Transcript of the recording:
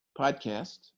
podcast